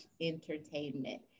entertainment